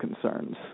concerns